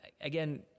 again